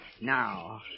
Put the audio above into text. Now